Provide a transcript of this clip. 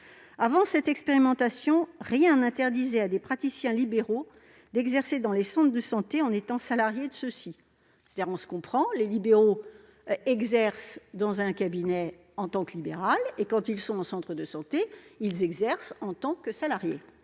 Avant cette expérimentation, rien n'interdisait à des praticiens libéraux d'exercer dans les centres de santé, en étant salariés de ceux-ci. Comprenons-nous bien : dans ce cas, ils exercent en cabinet en tant que libéraux et, quand ils sont au centre de santé, ils exercent en tant que salariés